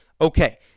Okay